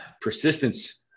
Persistence